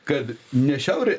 kad ne šiaurės